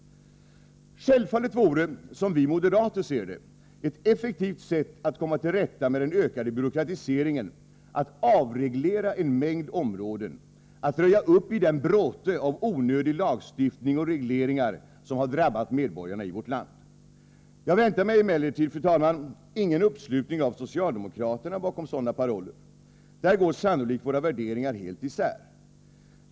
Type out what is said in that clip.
En effektivt sätt att komma till rätta med den ökade byråkratiseringen vore — som vi moderater ser det — att avreglera en mängd områden, att röja uppi den bråte av onödig lagstiftning och reglering som drabbat medborgarna i vårt land. Jag väntar mig emellertid, fru talman, ingen uppslutning av socialdemokraterna bakom sådana paroller. Där går sannolikt våra värderingar helt isär.